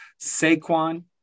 Saquon